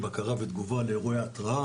בקרה ותגובה לאירועי התראה,